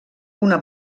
una